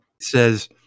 says